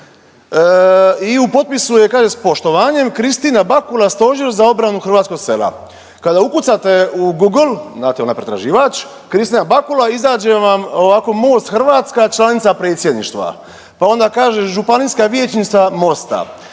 I u potpisu je kaže s poštovanjem Kristina Bakula, Stožer za obranu hrvatskog sela. Kada ukucate u Google, znate onaj pretraživač Kristina Bakula izađe vam ovako Most Hrvatska, članica Predsjedništva. Pa onda kaže županijska vijećnica Mosta,